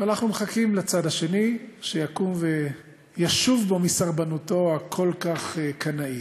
ואנחנו מחכים לצד השני שיקום וישוב בו מסרבנותו הכל-כך קנאית.